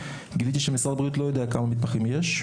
גיליתי שמשרד הבריאות לא יודע כמה מתמחים יש.